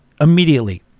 immediately